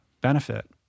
benefit